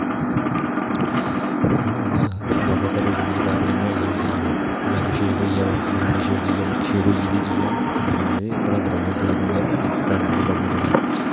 ज्यादातर जेहडे़ एह् होई गेआ मैंगो शेक होई गेआ बनेना शेक होई गेआ मिल्क शेक होई गेआ इयै जेही चींजा खाने पीने लेई बनांदे रौहने दिखदे रौहना ग्राइंड ग्रोइंड अपने कन्नै